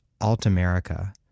Alt-America